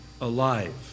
alive